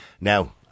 Now